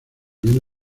viene